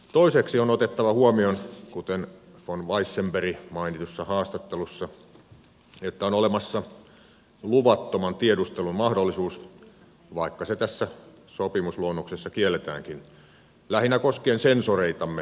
toiseksi on otettava huomioon kuten von weissenberg mainitussa haastattelussa että on olemassa luvattoman tiedustelun mahdollisuus vaikka se tässä sopimusluonnoksessa kielletäänkin lähinnä koskien sensoreitamme meren pohjassa